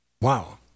Wow